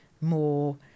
more